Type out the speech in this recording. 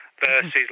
versus